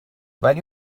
ولی